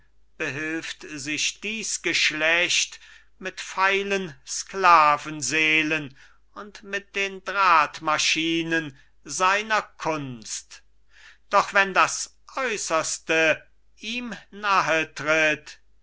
behilft sich dies geschlecht mit feilen sklavenseelen und mit den drahtmaschinen seiner kunst doch wenn das äußerste ihm